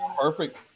Perfect